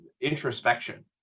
introspection